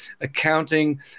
accounting